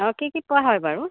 অঁ কি কি পোৱা হয় বাৰু